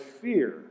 fear